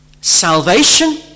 salvation